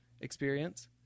experience